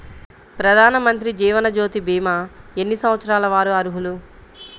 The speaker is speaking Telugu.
ప్రధానమంత్రి జీవనజ్యోతి భీమా ఎన్ని సంవత్సరాల వారు అర్హులు?